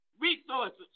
resources